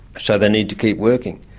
so they need to keep working,